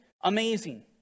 amazing